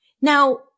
Now